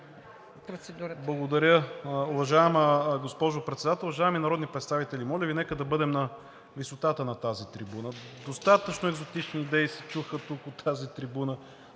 България): Благодаря. Уважаема госпожо Председател, уважаеми народни представители! Моля Ви, нека да бъдем на висотата на тази трибуна. Достатъчно екзотични идеи се чуха тук, от тази трибуна.